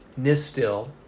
Nistill